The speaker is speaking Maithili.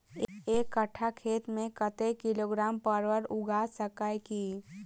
एक कट्ठा खेत मे कत्ते किलोग्राम परवल उगा सकय की??